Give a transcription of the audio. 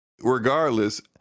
regardless